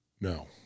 No